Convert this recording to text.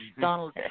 Donald